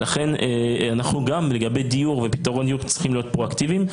לכן גם לגבי דיור ופתרון דיור צריכים להיות פרואקטיביים.